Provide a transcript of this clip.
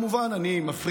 אני כמובן מפריד,